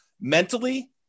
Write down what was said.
mentally